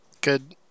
Good